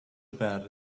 about